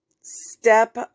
step